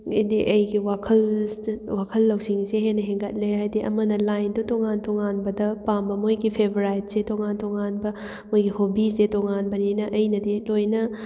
ꯑꯩꯗꯤ ꯑꯩꯒꯤ ꯋꯥꯈꯜ ꯋꯥꯈꯜ ꯂꯧꯁꯤꯡꯁꯦ ꯍꯦꯟꯅ ꯍꯦꯟꯒꯠꯂꯦ ꯍꯥꯏꯗꯤ ꯑꯃꯅ ꯂꯥꯏꯟꯗꯣ ꯇꯣꯉꯥꯟ ꯇꯣꯉꯥꯟꯕꯗ ꯄꯥꯝꯕ ꯃꯣꯏꯒꯤ ꯐꯦꯕꯣꯔꯥꯠꯁꯦ ꯇꯣꯉꯥꯟ ꯇꯣꯉꯥꯟꯕ ꯃꯣꯏꯒꯤ ꯍꯣꯕꯤꯁꯦ ꯇꯣꯉꯥꯟꯕꯅꯤꯅ ꯑꯩꯅꯗꯤ ꯂꯣꯏꯅ